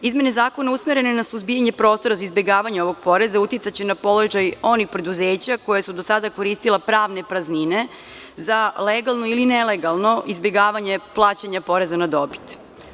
Izmene zakona usmerene na suzbijanje prostora za izbegavanje ovog poreza uticaće na položaj onih preduzeća koja su do sada koristila pravne praznine za legalno ili nelegalno izbegavanje plaćanja poreza na dobit.